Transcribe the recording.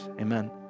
amen